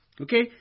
Okay